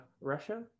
Russia